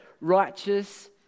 righteous